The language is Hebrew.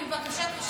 בקשת רשות דיבור.